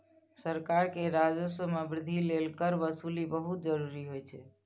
सरकार के राजस्व मे वृद्धि लेल कर वसूली बहुत जरूरी होइ छै